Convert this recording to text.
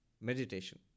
meditation